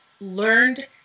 learned